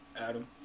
Adam